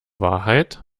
wahrheit